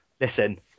Listen